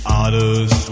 others